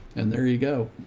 and there you go.